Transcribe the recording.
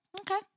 Okay